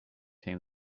came